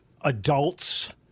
adults